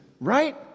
right